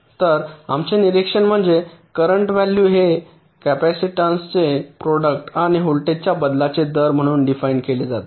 तर आमचे निरीक्षण म्हणजे करेन्ट व्हॅल्यू हे कॅपेसिटन्सचे प्रॉडक्ट आणि व्होल्टेजच्या बदलाचे दर म्हणून डिफाइन केले जाते